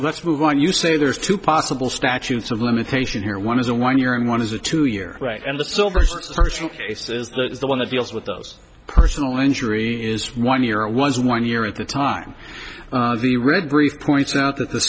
let's move on you say there's two possible statutes of limitation here one is a one year and one is a two year wait and the so first person case is the one that deals with those personal injury is one year it was one year at the time of the red brief points out th